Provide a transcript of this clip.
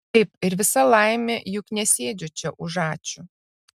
taip ir visa laimė juk nesėdžiu čia už ačiū